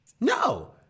no